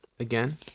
Again